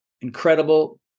incredible